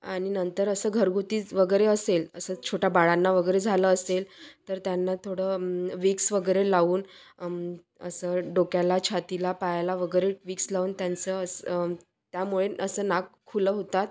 आणि नंतर असं घरगुतीच वगैरे असेल असं छोट्या बाळांना वगैरे झालं असेल तर त्यांना थोडं विक्स वगैरे लावून असं डोक्याला छातीला पायाला वगैरे विक्स लावून त्यांचं अस त्यामुळे असं नाक खुलं होतात